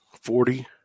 forty